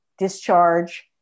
discharge